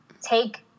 take